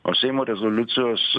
o seimo rezoliucijos